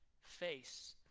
face